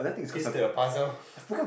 please do your puzzle